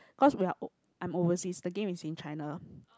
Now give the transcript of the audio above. cause we're o~ I'm overseas the game is in China